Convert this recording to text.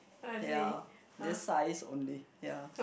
ya this size only ya